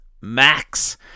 Max